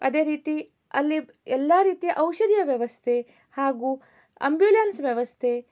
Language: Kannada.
ಅದೇ ರೀತಿ ಅಲ್ಲಿ ಎಲ್ಲ ರೀತಿಯ ಔಷಧಿಯ ವ್ಯವಸ್ಥೆ ಹಾಗೂ ಅಂಬ್ಯುಲೆನ್ಸ್ ವ್ಯವಸ್ಥೆ